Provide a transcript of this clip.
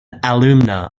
alumna